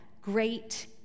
great